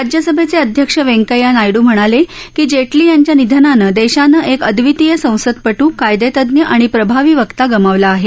राज्यसभेचे अध्यक्ष वैंकय्या नायडू म्हणाले की जेटली यांच्या निधनानं देशानं एक अद्वितीय संसदपट् कायदेतज्ञ आणि प्रभावी वक्ता गमावला आहे